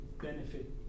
benefit